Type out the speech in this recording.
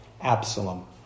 Absalom